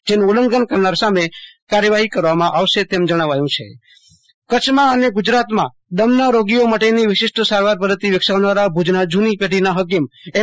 જેનું ઉલ્લંઘન કરનાર સામે કાર્યવાહી કરવામાં આવશે તેમ જણાવાયું છે આશ્તોષ અંતાણી ભુજ હકીમનું અવસાન કચ્છમાં અને ગુજરાતમાં દમના રોગીઓ માટેની વિશિષ્ટ સારવાર પધ્ધતિ વિકસાવનાર ભુજના જુની પેઢીના હકીમ એમ